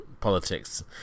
politics